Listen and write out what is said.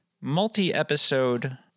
multi-episode